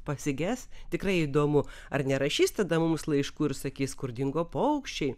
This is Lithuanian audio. pasiges tikrai įdomu ar nerašys tada mums laiškų ir sakys kur dingo paukščiai